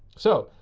so,